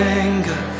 anger